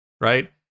right